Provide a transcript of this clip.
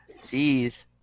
Jeez